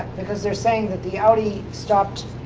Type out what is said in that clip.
because they're saying that the audi stopped